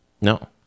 No